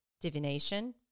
divination